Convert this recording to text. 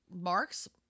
Mark's